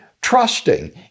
trusting